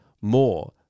more